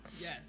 Yes